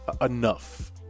enough